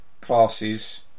classes